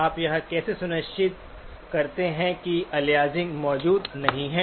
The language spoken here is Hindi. आप यह कैसे सुनिश्चित करते हैं कि अलियासिंग मौजूद नहीं है